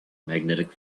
magnetic